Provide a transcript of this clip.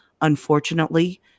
Unfortunately